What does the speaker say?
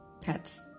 pets